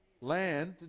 Land